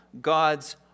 God's